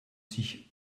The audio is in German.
sich